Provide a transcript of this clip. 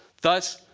thus,